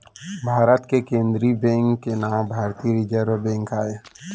भारत के केंद्रीय बेंक के नांव भारतीय रिजर्व बेंक आय